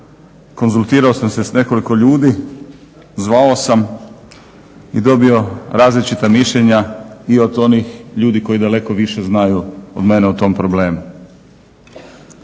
konzultirao sam se s nekoliko ljudi, zvao sam i dobio različita mišljenja i od onih ljudi koji daleko više znaju od mene o tom problemu.